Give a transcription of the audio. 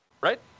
right